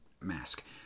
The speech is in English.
mask